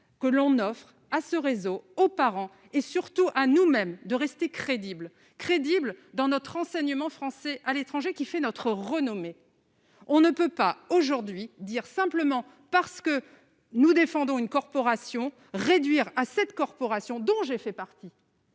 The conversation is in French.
que l'on offre à ce réseau, aux parents et surtout à nous-mêmes, de rester crédibles, crédibles dans notre enseignement français à l'étranger qui fait notre renommée, on ne peut pas aujourd'hui dire, simplement parce que nous défendons une corporation réduire à cette corporation dont j'ai fait partie.